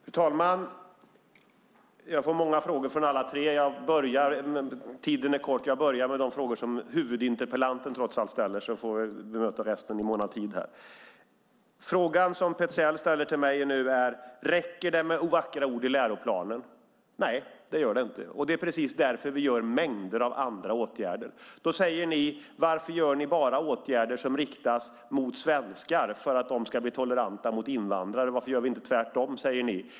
Fru talman! Jag får många frågor från alla tre, men tiden är kort. Jag börjar med de frågor som huvudinterpellanten ställer, så får jag bemöta resten i mån av tid. Frågan som Petzäll ställer till mig nu är: Räcker det med vackra ord i läroplanen? Nej, det gör det inte. Det är precis därför vi vidtar mängder av andra åtgärder. Då säger ni: Varför vidtar ni bara åtgärder som riktas mot svenskar för att de ska bli toleranta mot invandrare? Varför gör ni inte tvärtom?